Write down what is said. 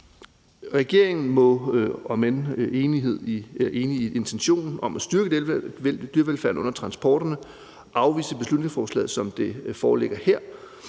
Regeringen må, om end vi er enige i intentionen om at styrke dyrevelfærden under transporterne, afvise beslutningsforslaget, som det foreligger her.